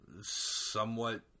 somewhat